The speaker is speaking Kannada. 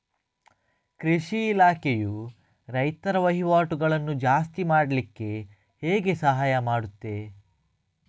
ಕೃಷಿ ಇಲಾಖೆಯು ರೈತರ ವಹಿವಾಟುಗಳನ್ನು ಜಾಸ್ತಿ ಮಾಡ್ಲಿಕ್ಕೆ ಹೇಗೆ ಸಹಾಯ ಮಾಡ್ತದೆ?